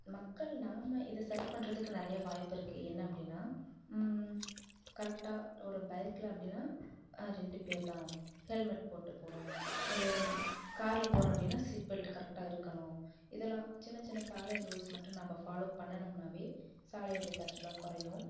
மக்கள் நாம் இது சரி பண்றதுக்கு நிறைய வாய்ப்பு இருக்குது என்ன அப்படினா கரெக்ட்டாக ஒரு பைக்கில் அப்படினா ரெண்டு பேர் தான் ஹெல்மெட் போட்டு போகணும் ஒரு காரில் போகிற அப்படினா சீட் பெல்ட்டு கரெக்டாக இருக்கணும் இதெலாம் சின்ன சின்ன சாலை ரூல்ஸ் மட்டும் நம்ம ஃபாலோ பண்ணுனோம்னாவே சாலை விபத்து ஆக்சுவலாக குறையும்